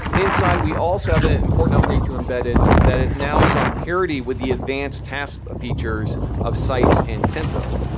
inside, we also have an important update to embedded that it now is on parity with the advanced task features of sites and tempo.